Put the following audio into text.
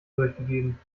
durchgegeben